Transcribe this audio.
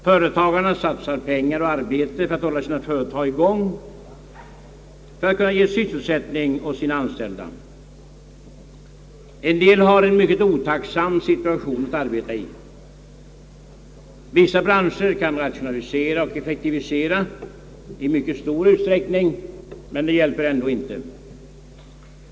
Företagarna satsar pengar och arbete för att kunna hålla sina företag i gång och ge sysselsättning åt sina anställda. En del har en mycket otacksam situation att arbeta i. Vissa branscher kan rationalisera och effektivisera i mycket stor utsträckning, men det hjälper ändå inte.